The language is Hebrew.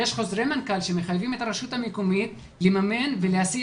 יש חוזרי מנכ"ל שמחייבים את הרשות המקומית לממן ולהסיע